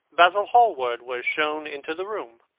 basil hallward was shown into the room.